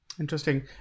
Interesting